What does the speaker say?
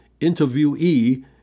interviewee